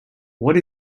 what